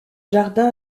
jardin